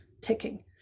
ticking